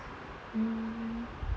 mm